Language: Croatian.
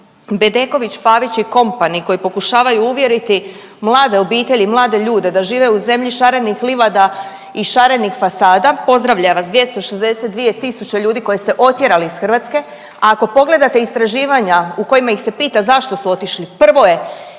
Bedeković, Pavić i company koji pokušavaju uvjeriti mlade obitelji i mlade ljude da žive u zemlji šarenih livada i šarenih fasada, pozdravlja vas 262 tisuće ljude koje ste otjerali iz Hrvatske, a ako pogledate istraživanja u kojima ih se pita zašto su otišli, prvo je